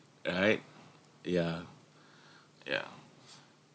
all right yeah yeah